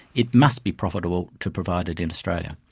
it must be profitable to provide it in australia.